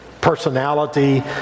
personality